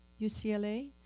UCLA